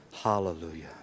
Hallelujah